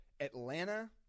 Atlanta